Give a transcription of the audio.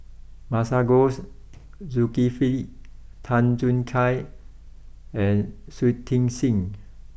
Masagos Zulkifli Tan Choo Kai and Shui Tit sing